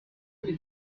toute